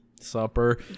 Supper